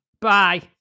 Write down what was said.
Bye